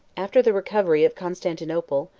after the recovery of constantinople,